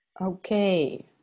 Okay